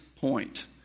point